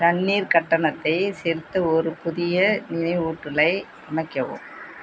தண்ணிர் கட்டணத்தை செலுத்த ஒரு புதிய நினைவூட்டலை அமைக்கவும்